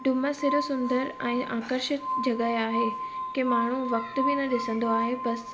डुमस सिर्फ़ सुंदर ऐं आकर्षित जॻह आहे के माण्हू वक़्त बि न ॾिसंदो आहे बसि